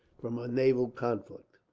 from a naval conflict.